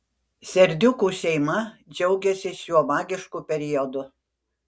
serdiukų šeima džiaugiasi šiuo magišku periodu